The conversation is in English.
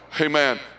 amen